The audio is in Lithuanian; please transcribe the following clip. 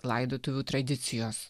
laidotuvių tradicijos